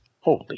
Holy